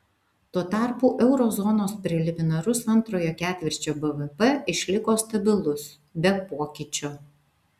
tuo tarpu euro zonos preliminarus antrojo ketvirčio bvp išliko stabilus be pokyčio